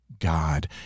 God